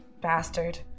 Bastard